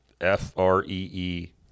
F-R-E-E